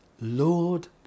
Lord